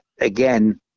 again